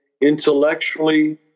intellectually